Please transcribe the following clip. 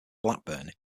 blackburn